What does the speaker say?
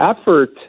effort